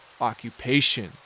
occupation